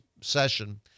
session